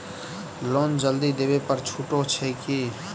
Loan जल्दी देबै पर छुटो छैक की?